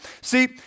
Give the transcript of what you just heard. See